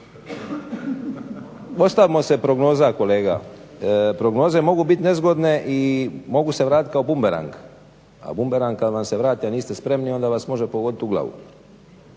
Ostavimo se prognoza kolega, prognoze mogu bit nezgodne i mogu se vratit kao bumerang, a bumerang kad vam se vrati, a niste spremni onda vas može pogodit u glavu.